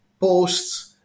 posts